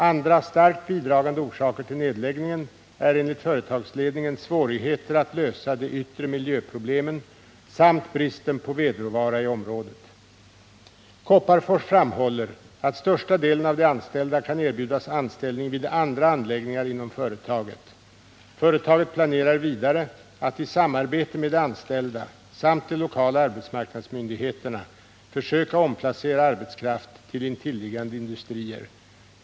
Andra starkt bidragande orsaker till nedläggningen är enligt företagsledningen svårigheter att lösa de yttre miljöproblemen samt bristen på vedråvara i området. Kopparfors framhåller att största delen av de anställda kan erbjudas anställning vid andra anläggningar inom företaget. Företaget planerar vidare att i samarbete med de anställda samt de lokala arbetsmarknadsmyndigheterna försöka omplacera arbetskraft till intilliggande industrier.